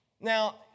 Now